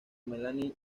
melanie